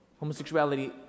homosexuality